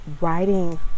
writing